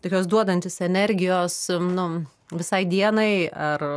tokios duodantis energijos nu visai dienai ar